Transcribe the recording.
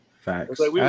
Facts